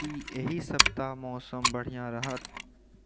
की एहि सप्ताह मौसम बढ़िआँ रहत